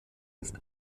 ist